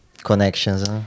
connections